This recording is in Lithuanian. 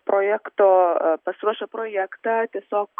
projekto pasiruošę projektą tiesiog